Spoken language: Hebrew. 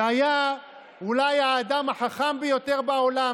אילת שקד, שהייתה אמורה לתמוך,